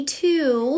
two